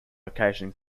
location